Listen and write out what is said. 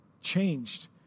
changed